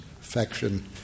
affection